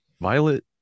violet